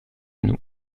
nous